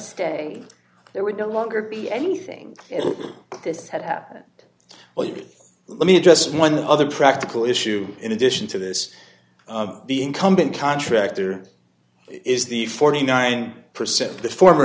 stay there would no longer be anything if this had happened well you let me just one other practical issue in addition to this the incumbent contractor is the forty nine percent the former